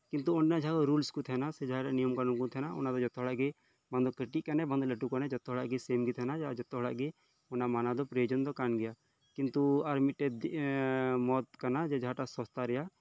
ᱠᱤᱱᱛᱩ ᱚᱸᱰᱮᱱᱟᱜ ᱡᱟᱦᱟᱸ ᱨᱩᱞᱥ ᱠᱚ ᱛᱟᱦᱮᱱᱟ ᱥᱮ ᱡᱟᱦᱟᱱᱟᱜ ᱱᱤᱭᱚᱢ ᱠᱟᱹᱱᱩᱱ ᱠᱚ ᱛᱟᱦᱮᱱᱟ ᱚᱱᱟ ᱫᱚ ᱡᱷᱚᱛᱚ ᱦᱚᱲᱟᱜ ᱜᱮ ᱵᱟᱝᱫᱚ ᱠᱟᱹᱴᱤᱡ ᱠᱟᱱᱮ ᱵᱟᱝ ᱫᱚ ᱞᱟᱹᱴᱩ ᱠᱟᱱᱮ ᱡᱷᱚᱛᱚ ᱦᱚᱲᱟᱜ ᱜᱮ ᱥᱮᱢ ᱜᱮ ᱛᱟᱦᱮᱱᱟ ᱟᱨ ᱡᱷᱚᱛᱚ ᱦᱚᱲᱟᱜ ᱜᱮ ᱚᱱᱟ ᱢᱟᱱᱟᱣ ᱫᱚ ᱯᱨᱳᱭᱳᱡᱚᱱ ᱫᱚ ᱠᱟᱱ ᱜᱮᱭᱟ ᱠᱤᱱᱛᱩ ᱟᱨ ᱢᱤᱫ ᱴᱮᱱ ᱫᱤᱠ ᱮᱫ ᱢᱚᱛ ᱠᱟᱱᱟ ᱡᱮᱹ ᱡᱟᱦᱟᱸ ᱴᱟᱜ ᱥᱚᱥᱛᱟ ᱨᱮᱭᱟᱜ